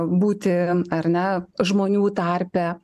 būti ar ne žmonių tarpe